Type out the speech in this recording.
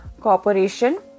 Corporation